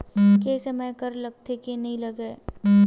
के समय कर लगथे के नइ लगय?